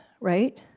right